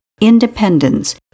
independence